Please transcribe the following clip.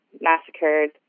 massacred